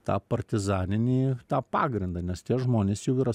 tą partizaninį tą pagrindą nes tie žmonės jau yra